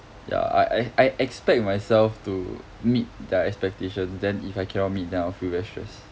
ya I I I expect myself to meet their expectations then if I cannot meet then I'll feel very stress